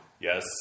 Yes